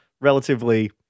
relatively